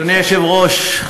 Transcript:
אדוני היושב-ראש,